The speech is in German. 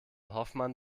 hoffmann